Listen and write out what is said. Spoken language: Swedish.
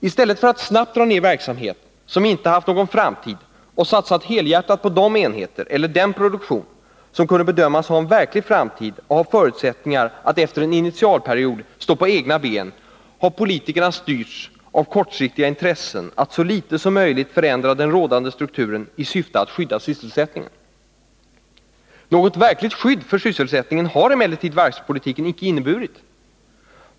I stället för att snabbt dra ner verksamhet som inte hade haft någon framtid och satsa helhjärtat på de enheter eller den produktion som kunde bedömas ha en verklig framtid och förutsättningar att efter en initialperiod stå på egna ben har politikerna styrts av kortsiktiga intressen, av inriktningen att så litet som möjligt förändra den rådande strukturen i syfte att skydda sysselsättningen. Något verkligt skydd för sysselsättningen har emellertid varvspolitiken icke inneburit.